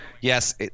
yes